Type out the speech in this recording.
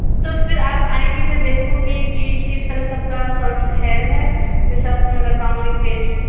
तो फिर आप आएँगी तो मैं देखूंगी कि किस तरह से आपका शॉर्टस हेयर है उस हिसाब से मैं बताउंगी फिर